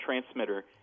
transmitter